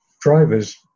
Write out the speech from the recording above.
drivers